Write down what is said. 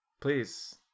Please